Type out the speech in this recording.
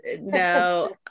No